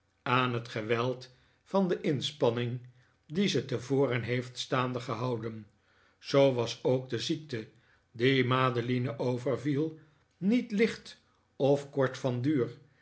aan het geweld van de inspanning die ze tevoren heeft staande gehouden zoo was ook de ziekte die madeline overviel niet licht of kort van duur